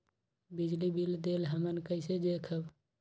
बिजली बिल देल हमन कईसे देखब?